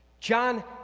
John